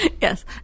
Yes